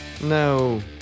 No